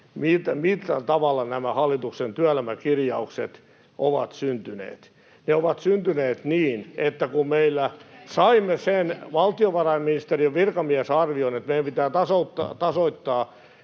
millä tavalla nämä hallituksen työelämäkirjaukset ovat syntyneet. Ne ovat syntyneet niin, että kun me saimme sen valtiovarainministeriön virkamiesarvion, että meidän pitää tasapainottaa